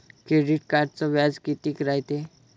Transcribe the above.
Credit कार्डचं व्याज कितीक रायते?